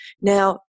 now